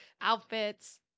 outfits